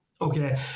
Okay